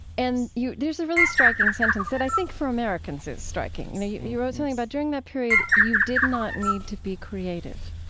and there's a really striking sentence that i think for americans is striking. you know you you wrote something about during that period, you did not need to be creative.